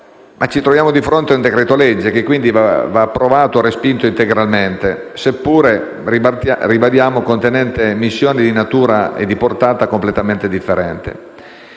ci troviamo di fronte a un decreto-legge, che quindi va approvato o respinto integralmente, seppure - ribadiamo - contenente missioni di natura e portata completamente differente.